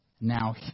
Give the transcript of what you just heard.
Now